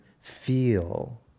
feel